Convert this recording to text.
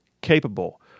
capable